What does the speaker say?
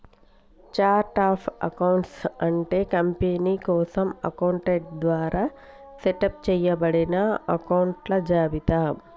chart of accounts అంటే company కోసం accountant ద్వారా సెటప్ చేయబడిన అకొంట్ల జాబితా